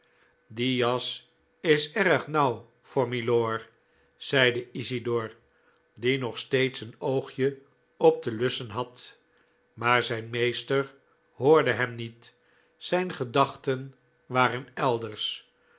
die jas is erg nauw voor milor zeide isidor die nog steeds een oogje op de lussen had maar zijn meester hoorde hem niet zijn gedachten waren elders